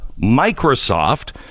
microsoft